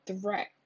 threat